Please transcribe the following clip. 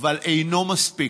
אבל הוא אינו מספיק.